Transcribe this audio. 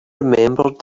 remembered